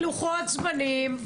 נתתי לוחות זמנים.